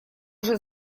уже